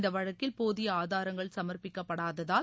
இந்த வழக்கில் போதிய ஆதாரங்கள் சம்ப்பிக்கப்படாததால்